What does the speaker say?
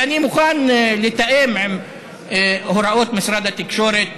ואני מוכן לתאם עם הוראות משרד התקשורת.